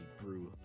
brew